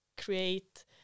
create